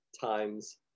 times